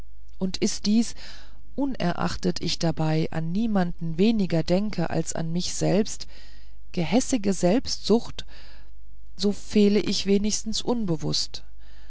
und ist dies unerachtet ich dabei an niemanden weniger denke als an mich selbst gehässige selbstsucht so fehle ich wenigstens unbewußt